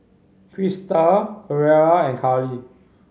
Christa Aura and Carlie